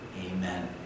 Amen